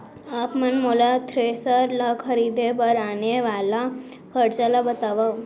आप मन मोला थ्रेसर ल खरीदे बर आने वाला खरचा ल बतावव?